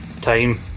time